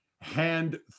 hand